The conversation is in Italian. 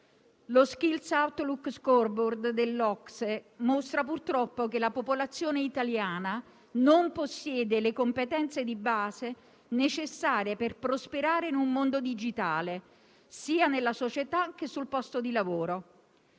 Lo Skills outlook scoreboard dell'OCSE mostra, purtroppo, che la popolazione italiana non possiede le competenze di base necessarie per prosperare in un mondo digitale sia nella società sia sul posto di lavoro.